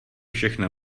všechno